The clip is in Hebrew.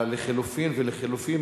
לחלופין ולחלופין,